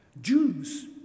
Jews